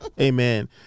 Amen